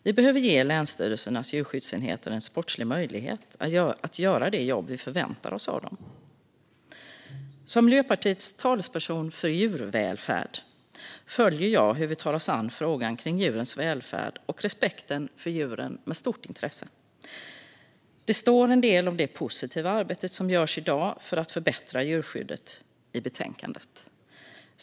Vi behöver ge länsstyrelsernas djurskyddsenheter en sportslig möjlighet att göra det jobb vi förväntar oss av dem. Som Miljöpartiets talesperson gällande djurvälfärd följer jag hur vi tar oss an frågan om djurens välfärd och respekten för djuren med stort intresse. Det står en del i betänkandet om det positiva arbete för att förbättra djurskyddet som görs i dag.